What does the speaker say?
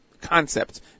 concepts